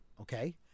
okay